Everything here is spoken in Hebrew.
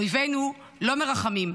אויבינו לא מרחמים,